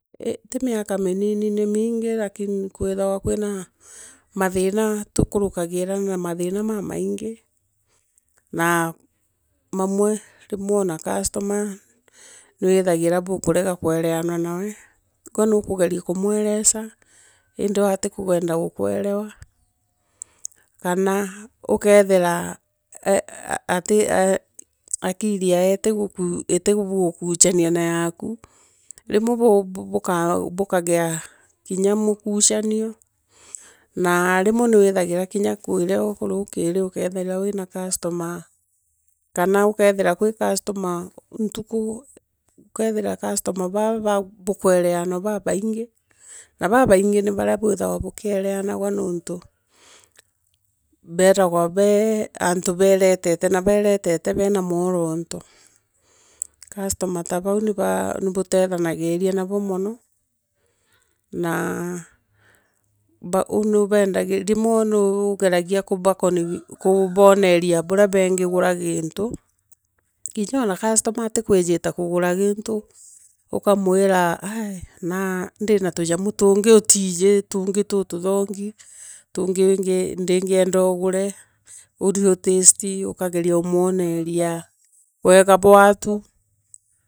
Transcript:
Ti miaka minini ni mingi rakini ikwithaira kwina mathina tukurukaira na mathira mamaingi na mamwe ona customer nwithagirwa bukurega kwereanwa nawe gwe nukugeria kumweresa. iindi we atikwenda guukwerewa. kana ukethira eeh akiri yae itiguku chania na yaaku. Rimwe bukagaa kimya mukuchanio naa rimwe niwithagira kinya kwirio ruukiri ukethire wina customer kana ukethira kwina customer ntuku. ukeethira customer baa bukwereanwa babaingi. na babaingi i barea bwithainwa bukieranagwa nontu bethagwa boe antu beesetete na beesetete bena mworonto. Customer ta bau ni ba nibustethana giria na bo mono nao ou nubeengagiria. rimwe nuugeragia kubaconvince kuboneria burea bangigura gintu kinya ona customer atikwijite kugura gintu ukamwira naa ndina tunyamu tungi utiiji tuungi tututhongi tungi ndingienda ugure uhai utaste ukageria umwenesia wega bwatu.